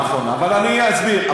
נכון, אבל אני אסביר.